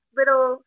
little